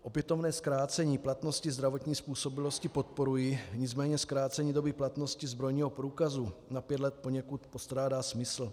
Opětovné zkrácení platnosti zdravotní způsobilosti podporuji, nicméně doby platnosti zbrojního průkazu na 5 let poněkud postrádá smysl.